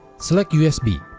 select usb